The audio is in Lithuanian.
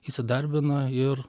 įsidarbina ir